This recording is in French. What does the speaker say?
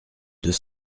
deux